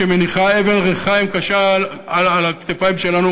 שמניחה אבן ריחיים קשה על הכתפיים שלנו